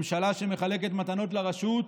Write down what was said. ממשלה שמחלקת מתנות לרשות,